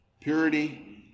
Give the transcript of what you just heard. purity